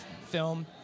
film